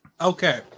Okay